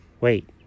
Wait